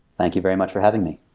thank you very much for having me.